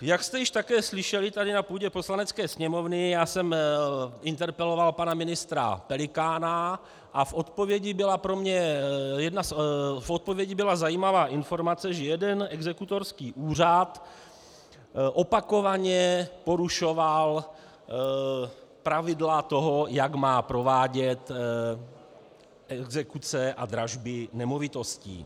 Jak jste již také slyšeli tady na půdě Poslanecké sněmovně, já jsem interpeloval pana ministra Pelikána a v odpovědi byla pro mne zajímavá informace, že jeden exekutorský úřad opakovaně porušoval pravidla toho, jak má provádět exekuce a dražby nemovitostí.